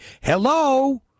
Hello